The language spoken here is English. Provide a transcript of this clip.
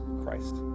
Christ